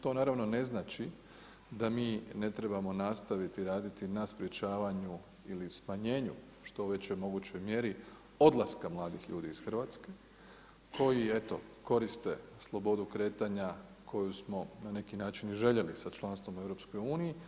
To naravno ne znači da mi ne trebamo nastaviti raditi na sprečavanju ili smanjenju u što većoj mogućoj mjeri odlaska mladih ljudi iz Hrvatske koji eto koriste slobodu kretanja koju smo na neki način i željeli sa članstvom u EU.